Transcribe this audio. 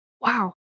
Wow